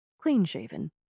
clean-shaven